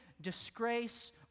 disgrace